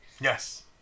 yes